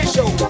Show